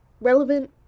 relevant